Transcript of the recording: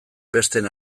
besteen